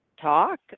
talk